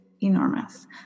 enormous